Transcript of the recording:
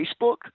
Facebook